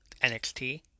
NXT